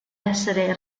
essere